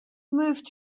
moved